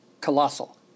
colossal